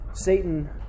Satan